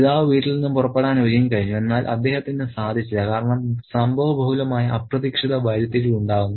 പിതാവ് വീട്ടിൽ നിന്നും പുറപ്പെടാൻ ഒരുങ്ങിക്കഴിഞ്ഞുഎന്നാൽ അദ്ദേഹത്തിന് സാധിച്ചില്ല കാരണം സംഭവബഹുലമായ അപ്രതീക്ഷിത വഴിത്തിരിവ് ഉണ്ടാകുന്നു